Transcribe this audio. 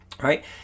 right